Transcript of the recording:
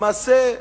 למעשה,